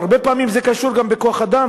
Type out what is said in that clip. כשהרבה פעמים זה קשור גם בכוח-אדם,